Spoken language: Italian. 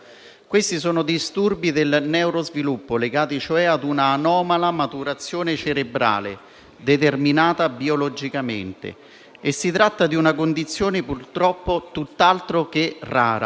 tratta di disturbi del neurosviluppo, legati cioè a un'anomala maturazione cerebrale, determinata biologicamente. Si tratta di una condizione purtroppo tutt'altro che rara;